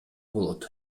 болот